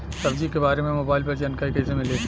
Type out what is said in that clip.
सब्जी के बारे मे मोबाइल पर जानकारी कईसे मिली?